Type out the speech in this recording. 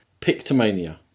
Pictomania